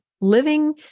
living